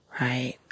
right